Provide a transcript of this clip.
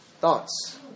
Thoughts